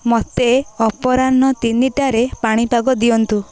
ମୋତେ ଅପରାହ୍ନ ତିନି ଟାରେ ପାଣିପାଗ ଦିଅନ୍ତୁ